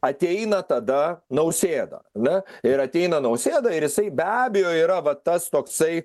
ateina tada nausėda ar ne ir ateina nausėda ir jisai be abejo yra va tas toksai